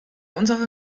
unserer